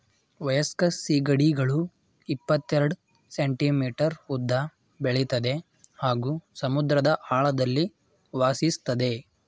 ವಯಸ್ಕ ಸೀಗಡಿಗಳು ಇಪ್ಪತೆರೆಡ್ ಸೆಂಟಿಮೀಟರ್ ಉದ್ದ ಬೆಳಿತದೆ ಹಾಗೂ ಸಮುದ್ರದ ಆಳದಲ್ಲಿ ವಾಸಿಸ್ತದೆ